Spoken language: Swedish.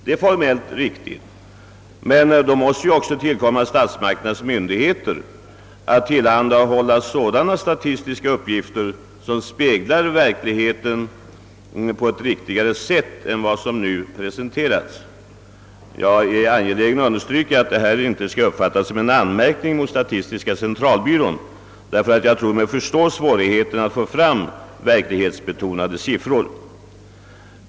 Det är formellt riktigt, men då måste det också tillkomma statsmakternas myndigheter att tillhandahålla sådana statistiska uppgifter som speglar verkligheten på ett riktigare sätt än vad som nu har presenterats. Jag är angelägen om att understryka att detta inte bör uppfattas som en anmärkning mot statistiska centralbyrån, därför att jag tror mig förstå dennas svårigheter att få fram verklighetsbetonade siffror.